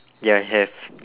ya I have